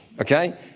okay